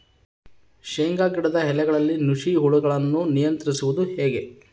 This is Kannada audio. ಶೇಂಗಾ ಗಿಡದ ಎಲೆಗಳಲ್ಲಿ ನುಷಿ ಹುಳುಗಳನ್ನು ನಿಯಂತ್ರಿಸುವುದು ಹೇಗೆ?